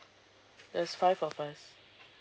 there's five of us